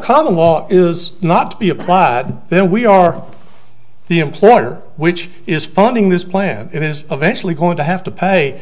common law is not to be applied then we are the employer which is funding this plan it is eventually going to have to pay